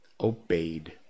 obeyed